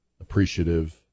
appreciative